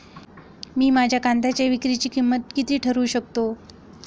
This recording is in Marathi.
मी माझ्या कांद्यांच्या विक्रीची किंमत किती ठरवू शकतो?